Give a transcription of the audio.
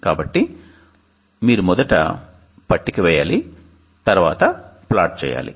కాబట్టి మీరు మొదట పట్టిక వేయాలి తరువాత ప్లాటు చేయాలి